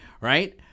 right